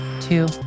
two